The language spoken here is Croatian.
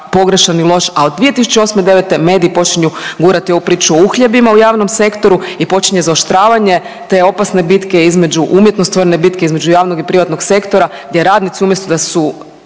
pogrešan i loš, a od 2008., devete mediji počinju gurati ovu priču o uhljebima u javnom sektoru i počinje zaoštravanje te opasne bitke između umjetno stvorene bitke između javnog i privatnog sektora, gdje radnici umjesto da su